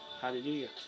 Hallelujah